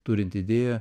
turint idėją